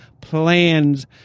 plans